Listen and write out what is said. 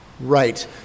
Right